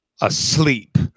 asleep